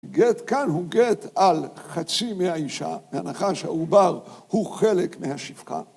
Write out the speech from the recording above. גט כאן הוא גט על חצי מהאישה, והנחש העובר הוא חלק מהשפחה.